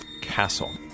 castle